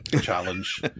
challenge